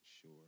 sure